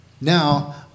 Now